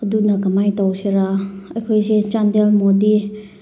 ꯑꯗꯨꯅ ꯀꯃꯥꯏ ꯇꯧꯁꯤꯔꯥ ꯑꯩꯈꯣꯏꯁꯦ ꯆꯥꯟꯗꯦꯜ ꯃꯣꯗꯤ